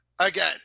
again